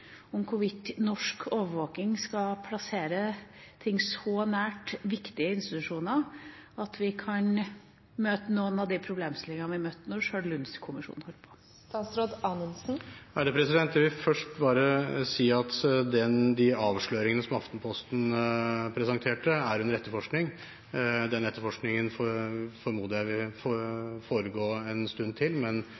om hvorvidt norsk overvåking skal plassere ting så nært viktige institusjoner at vi kan møte noen av de problemstillingene som vi møtte da Lund-kommisjonen var på plass. Jeg vil først bare si at de avsløringene som Aftenposten presenterte, er under etterforskning. Den etterforskningen formoder jeg vil foregå en stund til,